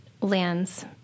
lands